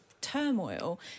turmoil